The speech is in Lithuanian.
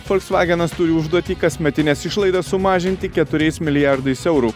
folksvagenas turi užduotį kasmetines išlaidas sumažinti keturiais milijardais eurų